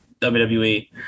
WWE